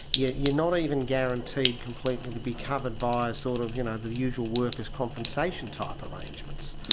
yeah you're not even guaranteed completely to be covered by sort of you know the usual workers compensation type arrangements.